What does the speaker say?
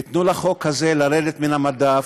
תנו לחוק הזה לרדת מן המדף,